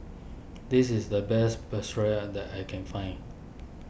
this is the best Pretzel that I can find